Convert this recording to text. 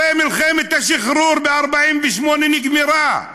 הרי מלחמת השחרור ב-48' נגמרה.